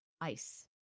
ice